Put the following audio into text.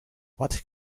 what